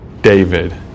David